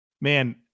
man